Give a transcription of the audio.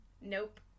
nope